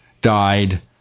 died